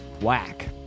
Whack